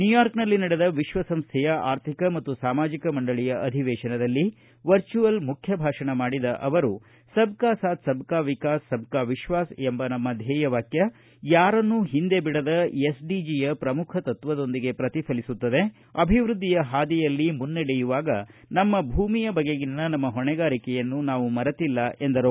ನ್ಯೂಯಾರ್ಕ್ನಲ್ಲಿ ನಡೆದ ವಿಶ್ವಸಂಸ್ಥೆಯ ಆರ್ಥಿಕ ಮತ್ತು ಸಾಮಾಜಿಕ ಮಂಡಳಿಯ ಅಧಿವೇಶನದಲ್ಲಿ ವರ್ಚುವಲ್ ಮುಖ್ಯ ಭಾಷಣ ಮಾಡಿದ ಅವರು ಸಬ್ನಾ ಸಾಥ್ ಸಬ್ನಾ ವಿಕಾಸ್ ಸಬ್ನಾ ವಿಶ್ವಾಸ್ಎಂಬ ನಮ್ಮ ಧ್ವೇಯವಾಕ್ಯ ಯಾರನ್ನೂ ಒಂದೆ ಬಿಡದ ಎಸ್ಡಿಜಿಯ ಪ್ರಮುಖ ತತ್ವದೊಂದಿಗೆ ಪ್ರತಿಫಲಿಸುತ್ತದೆ ಅಭಿವೃದ್ದಿಯ ಹಾದಿಯಲ್ಲಿ ಮುನ್ನಡೆಯುವಾಗ ನಮ್ಮ ಭೂಮಿಯ ಬಗೆಗಿನ ನಮ್ಮ ಹೊಣೆಗಾರಿಕೆಯನ್ನು ನಾವು ಮರೆತಿಲ್ಲ ಎಂದರು